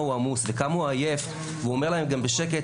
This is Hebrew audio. הוא עמוס וכמה הוא עייף והוא אומר להם בשקט,